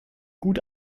gut